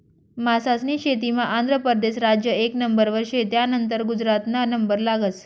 मासास्नी शेतीमा आंध्र परदेस राज्य एक नंबरवर शे, त्यानंतर गुजरातना नंबर लागस